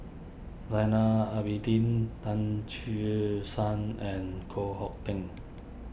lana Abidin Tan Che Sang and Koh Hong Teng